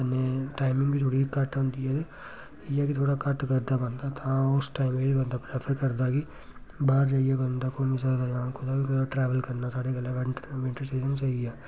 कन्नै टाइमिंग बी थोह्ड़ी घट्ट होंदी ऐ इ'यां कि थोह्ड़ा घट्ट करदा मन तां उस टाइम बंदा प्रैफर करदा कि बाह्र जाइयै बंदा घूमी सकदा जां कुदै ट्रैवल करना साढ़े गल्ला वैंटर विंटर सीजन स्हेई ऐ